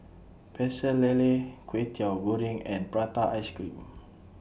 Pecel Lele Kway Teow Goreng and Prata Ice Cream